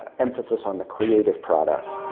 emphasis on the creative product.